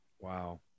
Wow